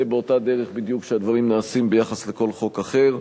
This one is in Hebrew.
בדיוק באותה דרך שהדברים נעשים ביחס לכל חוק אחר.